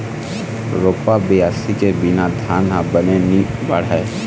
रोपा, बियासी के बिना धान ह बने नी बाढ़य